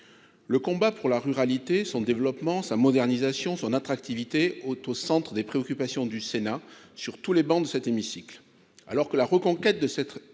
le combat pour la ruralité son développement sa modernisation son attractivité autre au centre des préoccupations du Sénat sur tous les bancs de cet hémicycle, alors que la reconquête de cette